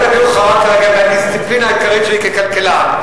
היות שהדיון חרג כרגע מהדיסציפלינה העיקרית שלי ככלכלן,